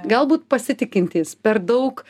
galbūt pasitikintys per daug